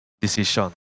decision